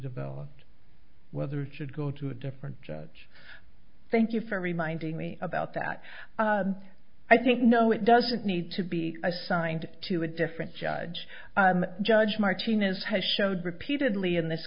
developed whether it should go to a different judge thank you for reminding me about that i think no it doesn't need to be assigned to a different judge judge martinez has showed repeatedly in this